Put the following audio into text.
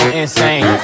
insane